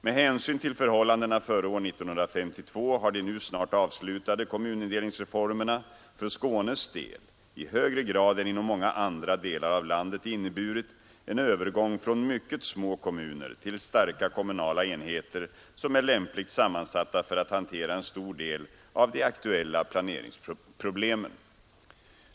Med hänsyn till förhållandena före år 1952 har de nu snart avslutade kommunindelningsreformerna för Skånes del, i högre grad än inom många andra delar av landet, inneburit en övergång från mycket små kommuner till starka kommunala enheter som är lämpligt sammansatta för att hantera en stor del av de aktuella planeringsproblemen.